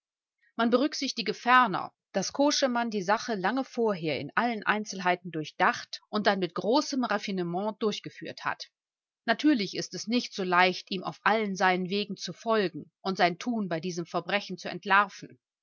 man berücksichtige ferner daß koschemann die sache lange vorher in allen einzelheiten durchdacht und dann mit großem raffinement durchgeführt hat natürlich ist es nicht so leicht ihm auf allen seinen wegen zu folgen und sein tun bei diesem verbrechen zu entlarven